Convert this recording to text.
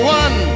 one